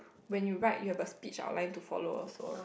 when you write you have a speech outline to follow also